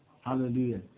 Hallelujah